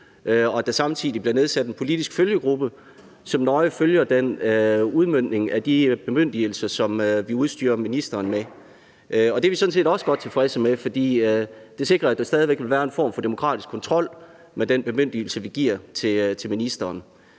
og at der samtidig bliver nedsat en politisk følgegruppe, som nøje følger udmøntningen af de bemyndigelser, som vi udstyrer ministeren med. Det er vi sådan set også godt tilfredse med, for det sikrer, at der stadig væk vil være en form for demokratisk kontrol med den bemyndigelse, vi giver til ministeren.